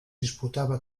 disputava